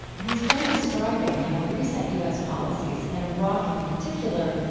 he's been describing how recent u s. policies, in iraq in particular,